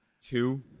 two